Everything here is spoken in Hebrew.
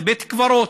זה בית קברות.